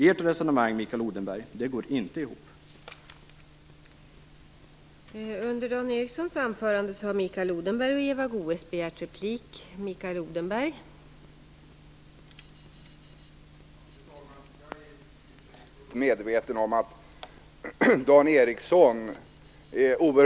Ert resonemang går inte ihop, Mikael Odenberg.